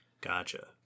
Gotcha